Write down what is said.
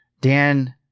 Dan